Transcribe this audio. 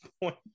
point